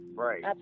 Right